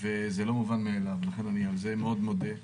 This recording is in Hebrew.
זה לא מובן מאליו ועל כך אני מודה לך.